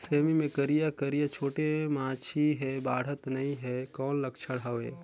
सेमी मे करिया करिया छोटे माछी हे बाढ़त नहीं हे कौन लक्षण हवय?